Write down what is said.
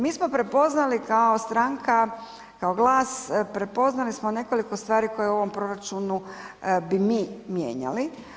Mi smo prepoznali kao stranka, kao GLAS prepoznali smo nekoliko stvari koje u ovom proračunu bi mi mijenjali.